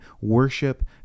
worship